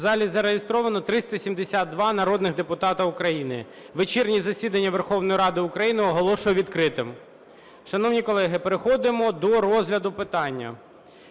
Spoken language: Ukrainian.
В залі зареєстровано 372 народних депутати України. Вечірнє засідання Верховної Ради України оголошую відкритим. Шановні колеги, переходимо до розгляду питання.